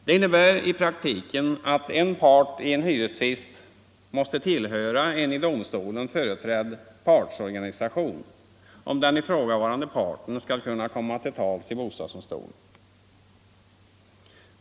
Det betyder i praktiken att en part i en hyrestvist måste tillhöra en i domstolen företrädd partsorganisation, om den ifrågavarande parten skall kunna komma till tals i bostadsdomstolen.